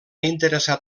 interessar